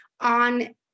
on